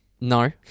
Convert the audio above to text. No